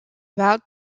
about